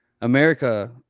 america